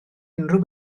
unrhyw